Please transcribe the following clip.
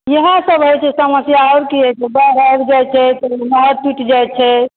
इएहसभ रहै छै समस्या आओर की रहै छै बाढि आबि जाइ छै नहर टूटि जाइ छै